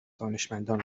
دانشمندان